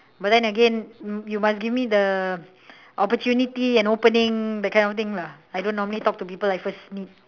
but then again you must give me the opportunity and opening that kind of thing lah I don't normally talk to people I first meet